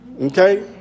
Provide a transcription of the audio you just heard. okay